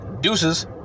deuces